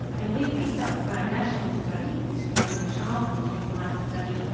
and we picked up through our national study, the australian childhood encephalitis study,